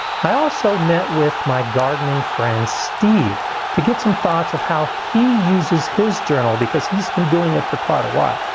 i also met with my gardening friend steve to get some thoughts of how he uses his journal, because he's been doing it for quite a while.